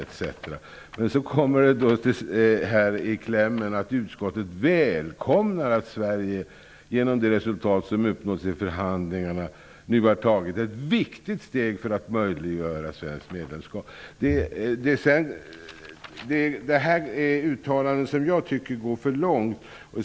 Och sedan säger man: ''Utskottet välkomnar att Sverige, genom det resultat som uppnåtts i förhandlingarna -, nu har tagit ett viktigt steg för att möjliggöra ett svenskt medlemskap i Europeiska unionen.'' -- Detta är uttalanden som jag tycker går för långt.